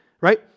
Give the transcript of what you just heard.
right